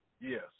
Yes